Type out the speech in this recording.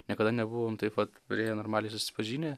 niekada nebuvom taip vat priėję normaliai susipažinę